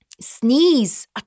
Sneeze